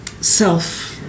self